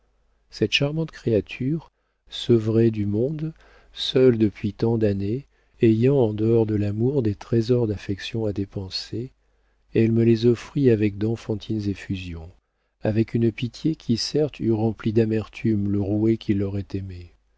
cette charmante créature sevrée du monde seule depuis tant d'années ayant en dehors de l'amour des trésors d'affection à dépenser elle me les offrit avec d'enfantines effusions avec une pitié qui certes eût rempli d'amertume le roué qui l'aurait aimée